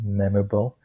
memorable